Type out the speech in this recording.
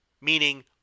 Meaning